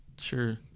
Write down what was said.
Sure